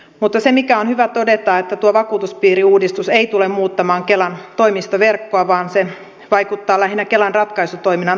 mutta on hyvä todeta että tuo vakuutuspiiriuudistus ei tule muuttamaan kelan toimistoverkkoa vaan se vaikuttaa lähinnä kelan ratkaisutoiminnan organisoitumiseen